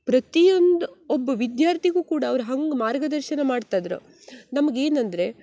ಪ್ರತಿಯೊಂದು ಒಬ್ಬ ವಿದ್ಯಾರ್ಥಿಗೂ ಕೂಡ ಅವ್ರು ಹಂಗೆ ಮಾರ್ಗದರ್ಶನ ಮಾಡ್ತಾ ಇದ್ರು ನಮ್ಗೆ ಏನಂದರೆ